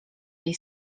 jej